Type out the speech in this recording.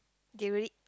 get ready